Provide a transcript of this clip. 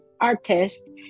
artist